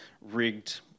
rigged